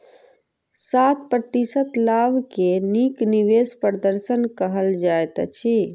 सात प्रतिशत लाभ के नीक निवेश प्रदर्शन कहल जाइत अछि